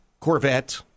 Corvette